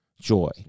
joy